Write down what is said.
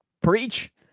preach